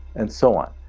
and so on.